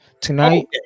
tonight